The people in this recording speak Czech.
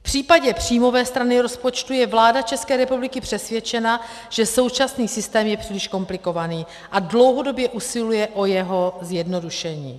V případě příjmové strany rozpočtu je vláda ČR přesvědčena, že současný systém je příliš komplikovaný, a dlouhodobě usiluje o jeho zjednodušení.